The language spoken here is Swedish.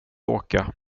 åka